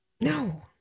No